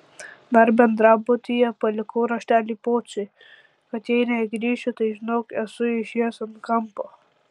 dar bendrabutyje palikau raštelį pociui kad jei negrįšiu tai žinok esu išėjęs ant kampo